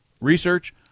Research